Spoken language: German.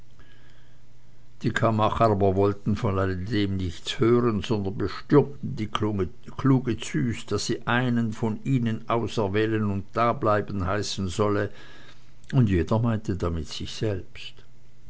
die kammacher wollten aber von allem nichts hören sondern bestürmten die kluge züs daß sie einen von ihnen auserwählen und dableiben heißen solle und jeder meinte damit sich selbst